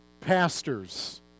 pastors